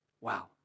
Wow